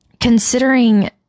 considering